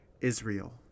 Israel